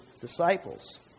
disciples